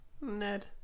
Ned